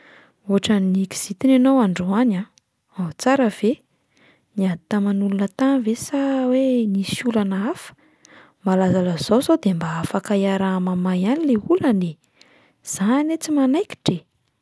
“Ohatran’ny kizitina ianao androany, ao tsara ve? Niady taman'olona tany ve sa hoe nisy olana hafa? Mba lazalazao sao de mba afaka hiaraha-mamaha ihany le olana e! Izaho anie tsy manaikitra e!"